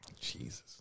Jesus